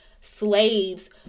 slaves